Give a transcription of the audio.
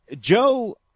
Joe